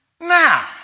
Now